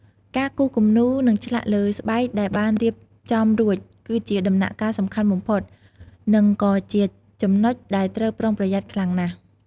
ការគូសគំនូរ និងឆ្លាក់លើស្បែកដែលបានរៀបចំរួច គឺជាដំណាក់កាលសំខាន់បំផុត និងក៏ជាចំណុចដែលត្រូវប្រុងប្រយ័ត្នខ្លាំងណាស់។